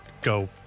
go